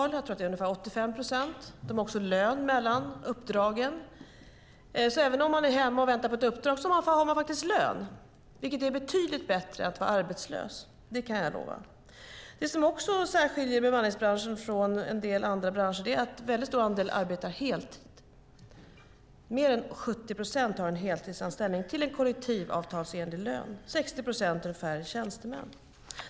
Jag tror att det är ungefär 85 procent. De har också lön mellan uppdragen. Även om man är hemma och väntar på ett uppdrag får man faktiskt lön, vilket är betydligt bättre än att vara arbetslös. Det kan jag lova. Något som också särskiljer bemanningsbranschen från en del andra branscher är att en väldigt stor andel arbetar heltid. Mer än 70 procent har heltidsanställning till kollektivavtalsenlig lön. Ungefär 60 procent är tjänstemän.